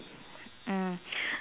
mm